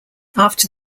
after